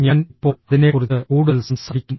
ഞാൻ ഇപ്പോൾ അതിനെക്കുറിച്ച് കൂടുതൽ സംസാരിക്കും